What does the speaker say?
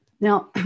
Now